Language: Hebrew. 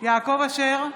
יעקב אשר,